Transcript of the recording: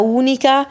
unica